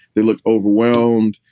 they look overwhelmed,